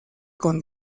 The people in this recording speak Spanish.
con